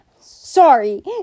Sorry